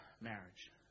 marriage